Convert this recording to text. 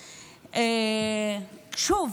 שוב,